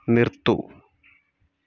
നിർത്തു